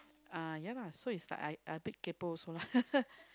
uh ya lah so is I I a bit kaypo also lah